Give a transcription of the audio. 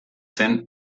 zen